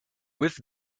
with